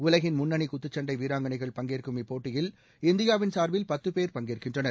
உலகின் முன்னணி குத்துச்சண்டை வீராங்கனைகள் பங்கேற்கும் இப்போட்டியில் இந்தியாவின் சார்பில் பத்து பேர் பங்கேற்கின்றனர்